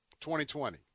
2020